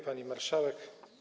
Pani Marszałek!